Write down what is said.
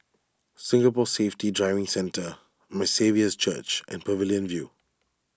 Singapore Safety Driving Centre My Saviour's Church and Pavilion View